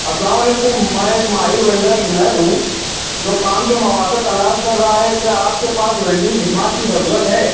السلام علیکم میں ایک ماہر ولڈر جنید ہوں جو کام کے مواقع تلاش کر رہا ہے کیا آپ کے پاس ولڈنگ خدمات کی ضرورت ہے